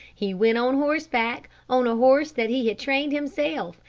he went on horseback, on a horse that he had trained himself,